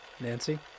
Nancy